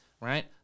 right